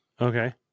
Okay